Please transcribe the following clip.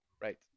Right